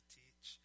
teach